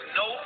no